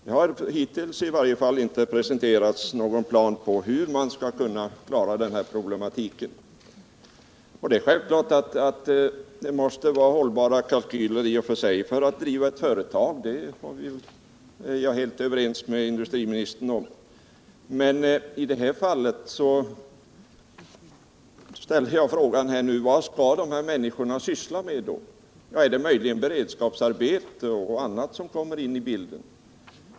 Det har i varje fall inte hittills presenterats någon plan för hur man skall kunna klara den här problematiken. Det är självklart att det måste vara hållbara kalkyler för att driva ett företag. Det är jag helt överens med industriministern om. Men i det här fallet ställde jag frågan: Vad skall de här människorna syssla med? Är det möjligen beredskapsarbete och annat som kommer in i bilden?